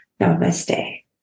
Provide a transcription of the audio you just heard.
Namaste